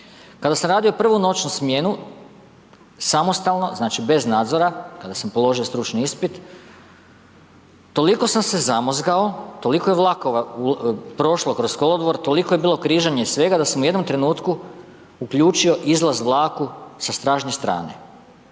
Kada sam radio prvu noćnu smjenu samostalno, znači bez nadzora, kada sam položio stručni ispit, toliko sam se zamozgao, toliko je vlakova prošlo kroz kolodvor, toliko je bilo križanja i svega da sam u jednom trenutku uključio izlaz vlaku sa stražnje strane.